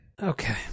Okay